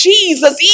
Jesus